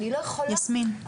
יסמין.